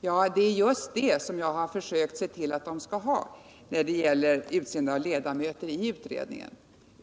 Ja, det är just det som jag försökt se till att de skall ha när det gällt att utse ledamöter i utredningarna.